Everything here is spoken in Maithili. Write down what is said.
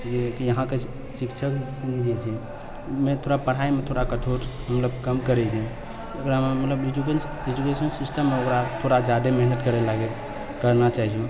कि अहाँके शिक्षक सनि जे छै उ मे पढ़ाइमे थोड़ा कठोर मतलब हम लोग कम करै छै एकरामे मतलब एजुकेशन सिस्टममे ओकरा थोड़ा जादा मेहनत करै लागै करना चाहि